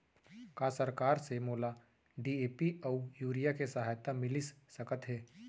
का सरकार से मोला डी.ए.पी अऊ यूरिया के सहायता मिलिस सकत हे?